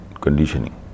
conditioning